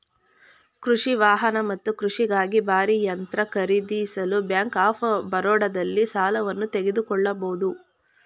ಕೃಷಿ ವಾಹನ ಮತ್ತು ಕೃಷಿಗಾಗಿ ಭಾರೀ ಯಂತ್ರ ಖರೀದಿಸಲು ಬ್ಯಾಂಕ್ ಆಫ್ ಬರೋಡದಲ್ಲಿ ಸಾಲವನ್ನು ತೆಗೆದುಕೊಳ್ಬೋದು